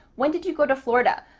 when did you go to florida?